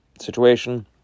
situation